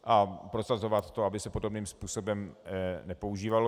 A prosazovat to, aby se podobným způsobem nepoužívalo